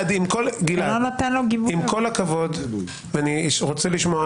עם כל הכבוד, אני רוצה לשמוע